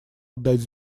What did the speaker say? отдать